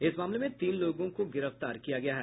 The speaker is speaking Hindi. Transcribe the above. इस मामले में तीन लोगों को गिरफ्तार किया गया है